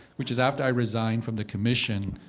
which is after i resigned from the commission,